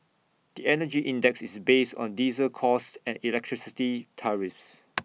the Energy Index is based on diesel costs and electricity tariffs